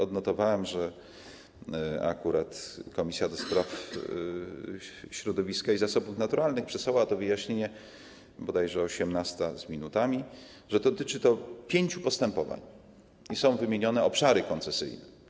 Odnotowałem - akurat komisja do spraw środowiska i zasobów naturalnych przesłała to wyjaśnienie bodajże o godz. 18 z minutami - że dotyczy to pięciu postępowań, przy czym są wymienione obszary koncesyjne.